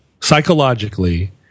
psychologically